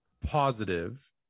positive